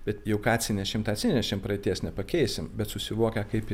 bet jau ką atsinešėm tą atsinešėm praeities nepakeisim bet susivokę kaip